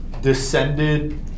Descended